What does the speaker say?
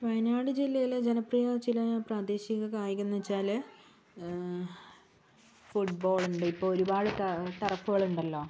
വയനാട് ജില്ലയിലെ ജനപ്രിയ ചില പ്രാദേശിക കായികം എന്നുവച്ചാല് ഫുട്ബോളുണ്ട് ഇപ്പൊൾ ഒരുപാട് ടറ ടറഫുകളുണ്ടല്ലോ